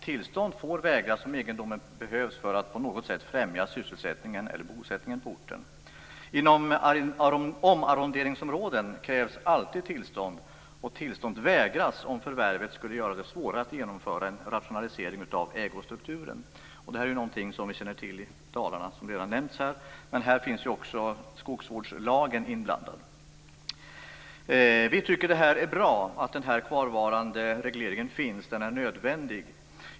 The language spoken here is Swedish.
Tillstånd får vägras om egendomen behövs för att på något sätt främja sysselsättningen eller bosättningen på orten. Inom omarronderingsområden krävs alltid tillstånd, och tillstånd vägras om förvärvet skulle göra det svårare att genomföra en rationalisering av ägostrukturen. Detta är något som vi känner till i Dalarna, som nämnts här. Men här finns även skogsvårdslagen inblandad. Vi tycker att det är bra att denna kvarvarande reglering finns. Den är nödvändig.